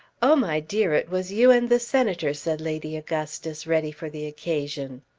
oh my dear it was you and the senator, said lady augustus, ready for the occasion.